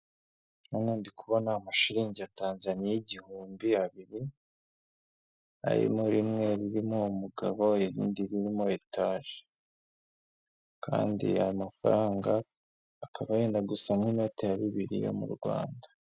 N'ubu ndikubona amashirinja ya Tanzaniya igihumbi abiri arimo rimwe ririmo umugabo irindi rirmo etage kandi aya mafaranga akaba yenda gusa n'inote ya bibiri yo mu Rwanda.